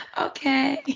Okay